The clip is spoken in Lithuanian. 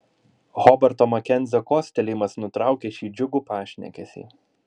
hobarto makenzio kostelėjimas nutraukė šį džiugų pašnekesį